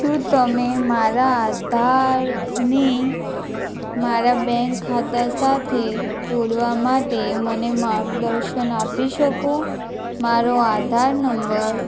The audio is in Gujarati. શું તમે મારા આધારને મારા બેંક ખાતા સાથે જોડવા માટે મને માર્ગદર્શન આપી શકો મારો આધાર નંબર